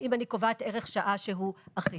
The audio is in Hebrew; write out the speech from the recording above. אם אני קובעת ערך שעה שהוא אחיד.